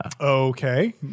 Okay